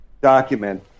document